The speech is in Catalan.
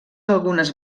algunes